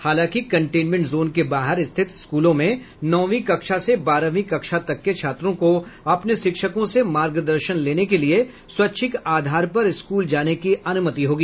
हालांकि containment zone के बाहर स्थित स्कूलों में नौवीं कक्षा से बारहवीं कक्षा तक के छात्रों को अपने शिक्षकों से मार्गदर्शन लेने के लिये स्वैच्छिक आधार पर स्कूल जाने की अनुमति होगी